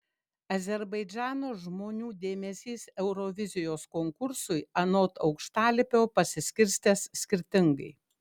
azerbaidžano žmonių dėmesys eurovizijos konkursui anot aukštalipio pasiskirstęs skirtingai